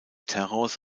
terrors